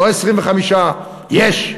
לא 25%. יש.